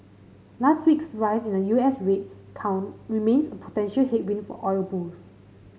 last week's rise in the U S rig count remains a potential headwind for oil bulls